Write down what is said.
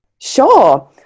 Sure